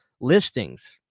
listings